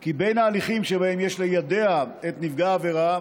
כי בין ההליכים שבהם יש ליידע את נפגע העבירה